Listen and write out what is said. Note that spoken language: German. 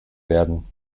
werden